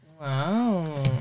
Wow